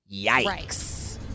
Yikes